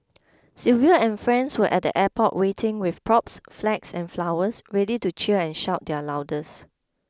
Sylvia and friends were at the airport waiting with props flags and flowers ready to cheer and shout their loudest